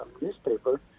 newspaper